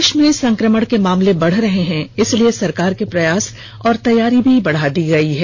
देश में संक्रमण के मामले बढ़ रहे है इसलिए सरकार के प्रयास और तैयारी भी बढ़ा दी गई है